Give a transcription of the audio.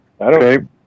Okay